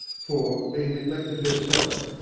for, being neglected herself,